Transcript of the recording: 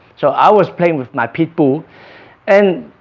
so i was playing with my pitbull and